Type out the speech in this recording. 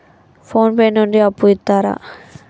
Phone pay నుండి అప్పు ఇత్తరా?